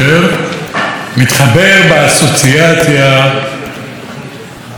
מתחבר באסוציאציה לשם ספרו,